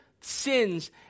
sins